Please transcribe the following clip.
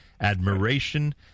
admiration